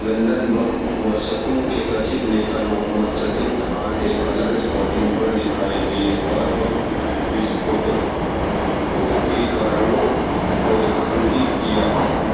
London बम वर्षकों के कथिक नेता मोहम्मद सिद्दीक़ ख़ान एक अलग रिकॉर्डिंग पर दिखाई दिए और बम विस्फोटों के कारणों को रेखांकित किया